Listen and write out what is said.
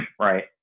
right